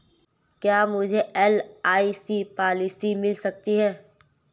क्या मुझे LIC policy मिल सकती है?